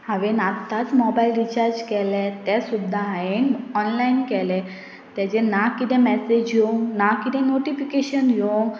हांवें आत्तांच mobile recharge केले तें सुद्दा हांवें ऑनलायन केलें तेजे ना कितें मेसेज येवंक ना किदें नोटिफिकेशन येवंक